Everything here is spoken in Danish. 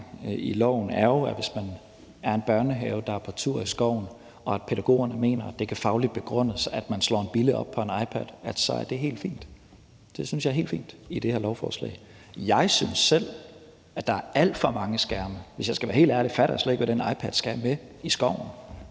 man er en børnehave, der er på tur i skoven, og pædagogerne mener, det fagligt kan begrundes, at man slår en bille op på en iPad, så er det helt fint. Det synes jeg er helt fint – i det her lovforslag. Jeg synes selv, at der er alt for mange skærme. Hvis jeg skal være helt ærlig, fatter jeg slet ikke, hvad den iPad skal med i skoven